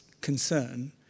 concern